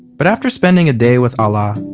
but after spending a day with alaa,